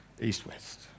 east-west